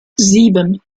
sieben